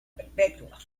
perpetua